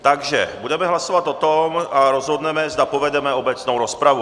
Takže budeme hlasovat a rozhodneme o tom, zda povedeme obecnou rozpravu.